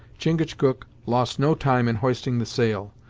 chingachgook lost no time in hoisting the sail.